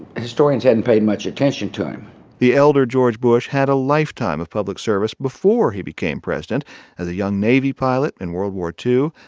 historians haven't paid much attention to him the elder george bush had a lifetime of public service before he became president as a young navy pilot in world war ii,